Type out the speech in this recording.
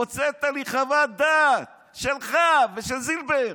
הוצאת לי חוות דעת שלך ושל זילבר.